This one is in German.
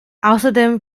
außerdem